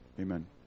amen